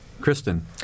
Kristen